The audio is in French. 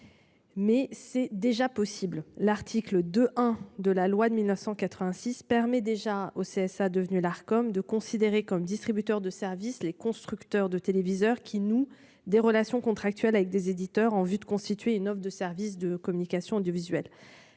Mais c'est déjà possible. L'article 2 1 de la loi de 1986 permet déjà au CSA devenu l'Arcom de considérer comme distributeur de services. Les constructeurs de téléviseurs qui nous des relations contractuelles avec des éditeurs, en vue de constituer une offre de services de communication audiovisuelle,